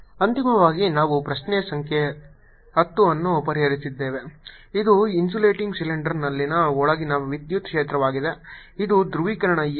ಅಂತಿಮವಾಗಿ ನಾವು ಪ್ರಶ್ನೆ ಸಂಖ್ಯೆ 10 ಅನ್ನು ಪರಿಹರಿಸಿದ್ದೇವೆ ಇದು ಇನ್ಸುಲೇಟಿಂಗ್ ಸಿಲಿಂಡರ್ನಲ್ಲಿನ ಒಳಗಿನ ವಿದ್ಯುತ್ ಕ್ಷೇತ್ರವಾಗಿದೆ ಇವು ಧ್ರುವೀಕರಣ x ದಿಕ್ಕು P ಈಕ್ವಲ್ಸ್ P x ಆಗಿರುತ್ತದೆ